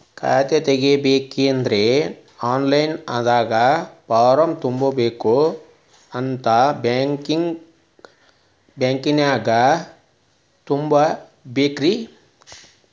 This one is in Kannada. ಖಾತಾ ತೆಗಿಬೇಕಂದ್ರ ಆನ್ ಲೈನ್ ದಾಗ ಫಾರಂ ತುಂಬೇಕೊ ಅಥವಾ ಬ್ಯಾಂಕನ್ಯಾಗ ತುಂಬ ಬೇಕ್ರಿ?